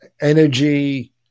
energy